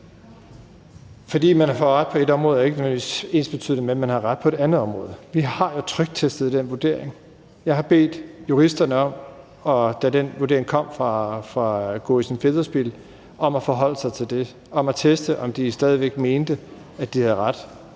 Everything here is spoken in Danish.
at man får ret på ét område, er ikke nødvendigvis ensbetydende med, at man har ret på et andet område. Vi har jo tryktestet den vurdering. Jeg har bedt juristerne, da den vurdering kom fra Gorrissen Federspiel, om at forholde sig til det og om at teste, om de stadig væk mente, at de havde ret